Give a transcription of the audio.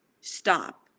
stop